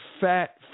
fat